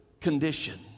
condition